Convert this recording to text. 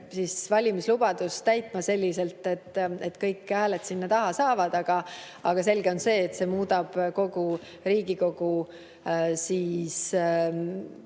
teie valimislubadust täitma selliselt, et kõik hääled sinna taha saavad. Aga selge on see, et see muudab kogu Riigikogu toimimise